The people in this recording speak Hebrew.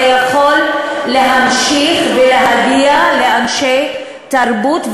זה יכול להמשיך ולהגיע לאנשי תרבות,